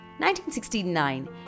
1969